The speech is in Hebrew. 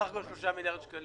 בסך הכול 3 מיליארד שקלים.